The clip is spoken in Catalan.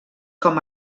com